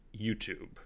YouTube